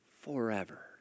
forever